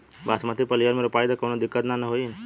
बासमती पलिहर में रोपाई त कवनो दिक्कत ना होई न?